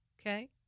Okay